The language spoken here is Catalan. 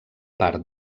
part